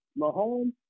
Mahomes